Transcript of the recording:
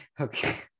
Okay